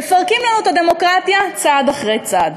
מפרקים לנו את הדמוקרטיה צעד אחרי צעד.